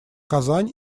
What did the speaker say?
казань